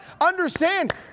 understand